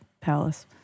palace